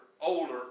older